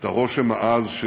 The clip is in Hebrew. את הרושם העז,